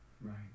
Right